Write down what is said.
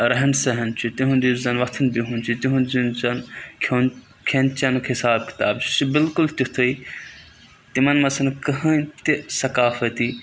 رہن سہن چھُ تِہُنٛد یُس زَن وۄتھُن بِہُن چھُ تِہُنٛد یُس زَن کھیٚون کھٮ۪ن چٮ۪نُک حِساب کِتاب چھُ سُہ چھُ بالکُل تِتھُے تِمَن منٛز چھنہٕ کٕہٕنۍ تہِ سقافتی